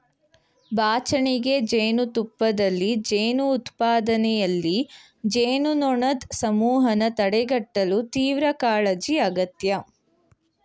ಬಾಚಣಿಗೆ ಜೇನುತುಪ್ಪದಲ್ಲಿ ಜೇನು ಉತ್ಪಾದನೆಯಲ್ಲಿ, ಜೇನುನೊಣದ್ ಸಮೂಹನ ತಡೆಗಟ್ಟಲು ತೀವ್ರಕಾಳಜಿ ಅಗತ್ಯ